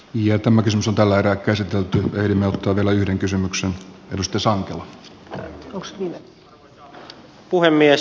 ja tämä kysymys on tällä erää käsitelty vedenottoa vielä yhden kysymyksen mistä saa arvoisa puhemies